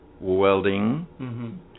Welding